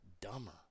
dumber